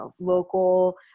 local